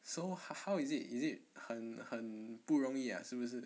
so how how is it is it 很很不容易 uh 是不是